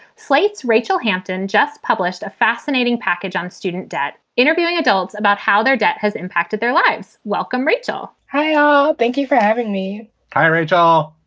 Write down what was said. slate's rachel hampton just published a fascinating package on student debt, interviewing adults about how their debt has impacted their lives. welcome, rachel. hey. oh, thank you for having me hi, rachel.